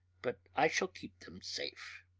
but i shall keep them safe.